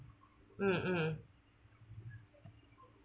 mm mm